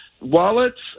Wallets